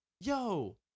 yo